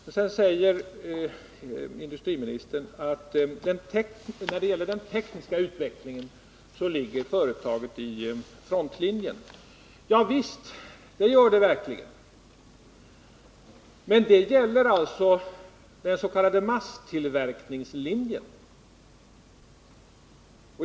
Men så säger industriministern att när det gäller den tekniska utvecklingen ligger företaget i frontlinjen. Javisst, det gör företaget verkligen. Men det gäller den s.k. masstillverkningslinjen.